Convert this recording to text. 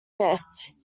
miss